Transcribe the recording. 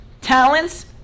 Talents